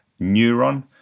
Neuron